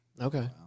Okay